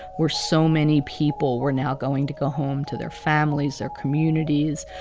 where so many people were now going to go home to their families, their communities.